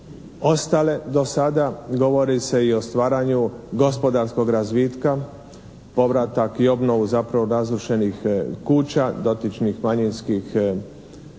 ostale do sada, govori se i o stvaranju gospodarskog razvitka povratak i obnovu zapravo razrušenih kuća dotičnih manjinskih,